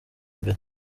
mbere